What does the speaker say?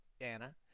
Anna